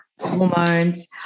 hormones